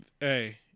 Hey